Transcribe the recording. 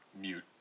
mute